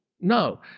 No